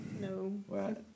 No